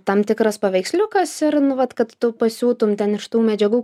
tam tikras paveiksliukas ir nu vat kad tu pasiūtum ten iš tų medžiagų